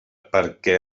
perquè